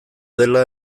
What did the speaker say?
dela